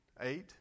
eight